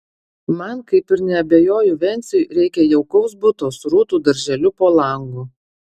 man kaip ir neabejoju venciui reikia jaukaus buto su rūtų darželiu po langu